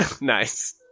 Nice